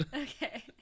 Okay